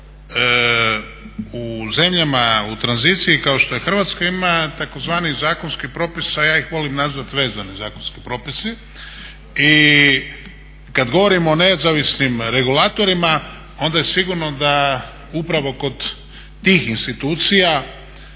u zemljama u tranziciji kao što je Hrvatska ima tzv. zakonski propis a ja ih volim nazvati vezani zakonski propisi. I kada govorimo o nezavisnim regulatorima onda je sigurno da upravo kod tih institucija